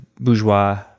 bourgeois